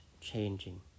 changing